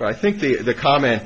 but i think the comment